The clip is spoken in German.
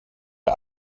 der